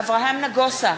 אברהם נגוסה,